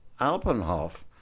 Alpenhof